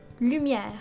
lumière